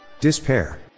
Despair